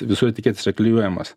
visų etiketėse klijuojamos